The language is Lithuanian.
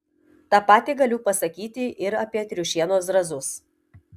tą patį galiu pasakyti ir apie triušienos zrazus